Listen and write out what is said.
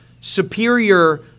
superior